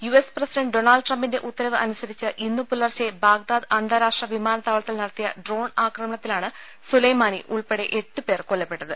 U S president Donald ട്രംപിന്റെ ഉത്തരവ് അനുസരിച്ച് ഇന്നു പുലർച്ചെ ബാഗ്ദാദ് അന്താരാഷ്ട്ര വിമാനത്താവളത്തിൽ നട ത്തിയ ഡ്രോൺ ആക്രമണത്തിലാണ് സുലൈമാനി ഉൾപ്പെടെ എട്ട് പേർ കൊല്ലപ്പെട്ടത്